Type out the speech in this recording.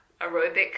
aerobic